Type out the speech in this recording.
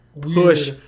push